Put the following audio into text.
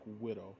Widow